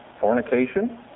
fornication